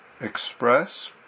express